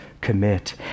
commit